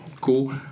Cool